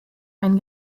ein